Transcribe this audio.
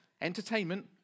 entertainment